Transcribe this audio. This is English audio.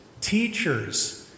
teachers